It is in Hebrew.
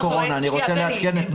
אני רוצה לעדכן,